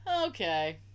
okay